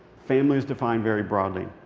family is defined very broadly.